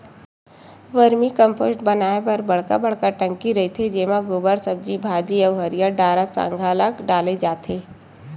vermi compost बनाए बर बड़का बड़का टंकी रहिथे जेमा गोबर, सब्जी भाजी अउ हरियर डारा खांधा ल डाले जाथे